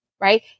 right